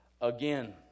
again